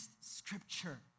scripture